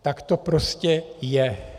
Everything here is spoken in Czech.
Tak to prostě je.